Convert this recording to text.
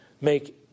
make